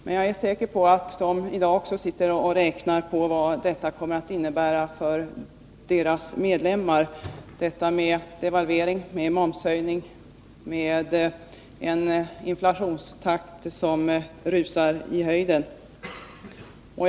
Men jag är säker på att de också i dag räknar på vad devalveringen, momshöjningen och en inflationstakt som rusar i höjden kommer att innebära för deras medlemmar.